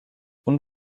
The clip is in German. und